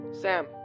Sam